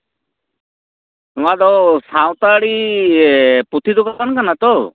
ᱱᱚᱣᱟ ᱫᱚ ᱥᱟᱱᱛᱟᱲᱤ ᱯᱩᱛᱷᱤ ᱫᱚᱠᱟᱱ ᱠᱟᱱᱟ ᱛᱚ